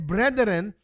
Brethren